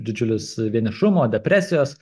didžiulius vienišumo depresijos